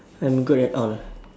I'm good at all ah